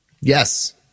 Yes